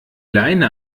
leine